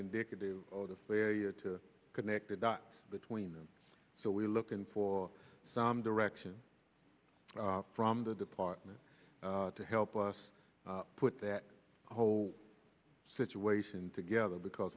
indicative of a failure to connect the dots between them so we're looking for some direction from the department to help us put that whole situation together because